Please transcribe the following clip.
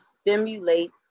stimulate